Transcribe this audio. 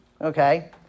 Okay